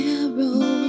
arrow